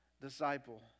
disciple